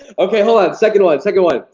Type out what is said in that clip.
okay hold on second one, second one.